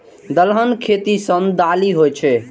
दलहन के खेती सं दालि होइ छै